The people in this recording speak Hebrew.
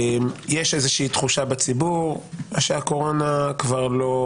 יש תחושה בציבור שהקורונה כבר לא